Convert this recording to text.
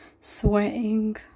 sweating